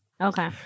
Okay